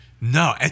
No